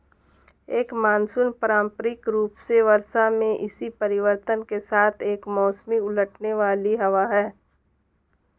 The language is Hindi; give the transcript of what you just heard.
एक मानसून पारंपरिक रूप से वर्षा में इसी परिवर्तन के साथ एक मौसमी उलटने वाली हवा है